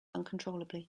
uncontrollably